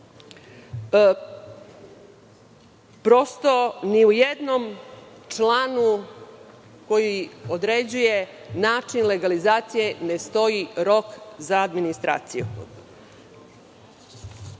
Prosto, ni u jednom članu koji određuje način legalizacije ne stoji rok za administraciju. Obzirom